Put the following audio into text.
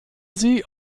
sie